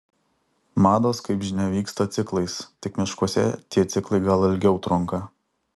mados kaip žinia vyksta ciklais tik miškuose tie ciklai gal ilgiau trunka